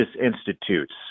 Institutes